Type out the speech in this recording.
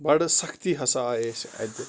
بَڑٕ سَختی ہسا آے اَسہِ اَتہِ